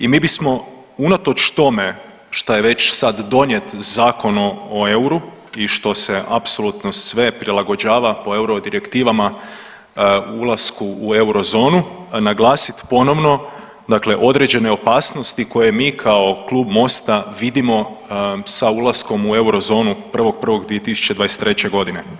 I mi bismo unatoč tome šta je već sad donijet Zakon o euru i što se apsolutno sve prilagođava po euro direktivama ulasku u euro zonu naglasit ponovno, dakle određene opasnosti koje mi kao klub MOST-a vidimo sa ulaskom u euro zonu 1.1.2023. godine.